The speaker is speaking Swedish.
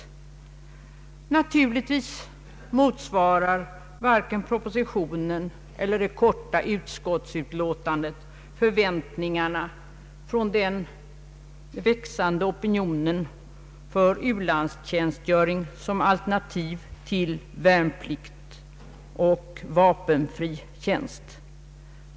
Naturligtvis motsvarar varken propositionen eller det korta utskottsutlåtandet förväntningarna från den växande opinionen för u-landstjänstgöring som alternativ till värnplikt och vapenfri tjänst.